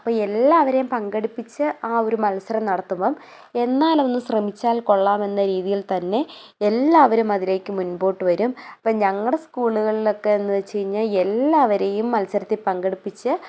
അപ്പോൾ എല്ലാവരെയും പങ്കെടുപ്പിച്ച് ആ ഒരു മത്സരം നടത്തുമ്പം എന്നാലൊന്ന് ശ്രമിച്ചാൽ കൊള്ളാമെന്ന രീതിയിൽ തന്നേ എല്ലാവരും അതിലേക്ക് മുൻപോട്ട് വരും അപ്പോൾ ഞങ്ങളുടെ സ്കൂളുകളിലൊക്കെയെന്ന് വെച്ച്കഴിഞ്ഞാൽ എല്ലാവരെയും മത്സരത്തിൽ പങ്കെടുപ്പിച്ച്